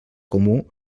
comú